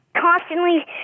constantly